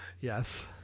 Yes